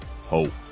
hope